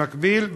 במקביל,